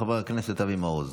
חבר הכנסת אבי מעוז.